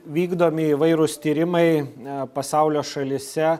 vykdomi įvairūs tyrimai pasaulio šalyse